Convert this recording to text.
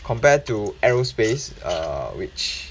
compared to aerospace uh which